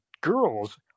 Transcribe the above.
girls